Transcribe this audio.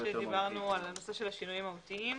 דיברנו על הנושא של השינויים המהותיים.